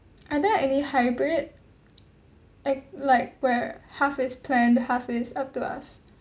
are there any hybrid it like where half is planned half is up to us